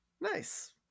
Nice